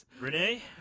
Renee